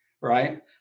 right